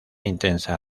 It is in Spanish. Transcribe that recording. intensa